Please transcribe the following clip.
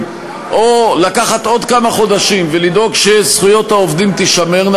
ובין לקחת עוד כמה חודשים ולדאוג שזכויות העובדים תישמרנה,